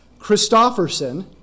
Christofferson